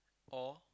or